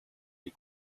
les